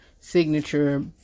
signature